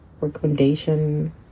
recommendation